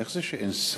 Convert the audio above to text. איך זה שאין שר?